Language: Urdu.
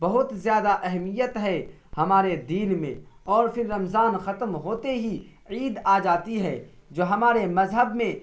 بہت زیادہ اہمیت ہے ہمارے دین میں اور پھر رمضان ختم ہوتے ہی عید آ جاتی ہے جو ہمارے مذہب میں